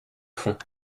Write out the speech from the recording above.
fond